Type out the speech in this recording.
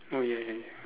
oh ya ya ya